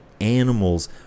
animals